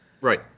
Right